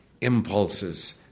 impulses